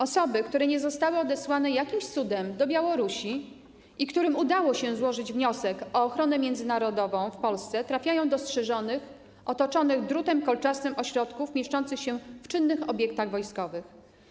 Osoby, które nie zostały odesłane jakimś cudem do Białorusi i którym udało się złożyć wniosek o ochronę międzynarodową w Polsce, trafiają do strzeżonych, otoczonych drutem kolczastym ośrodków mieszczących się w czynnych obiektach wojskowych.